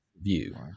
view